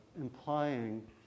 implying